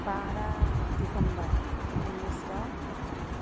بارہ دسمبر انیس سو پچانوے